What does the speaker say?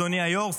אדוני היו"ר,